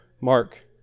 Mark